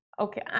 Okay